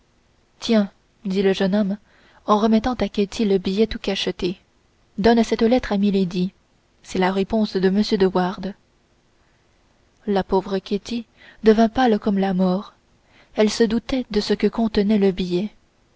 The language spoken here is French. tiens dit le jeune homme en remettant à ketty le billet tout cacheté donne cette lettre à milady c'est la réponse de m de wardes la pauvre ketty devint pâle comme la mort elle se doutait de ce que contenait le billet